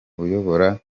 uyobora